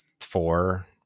four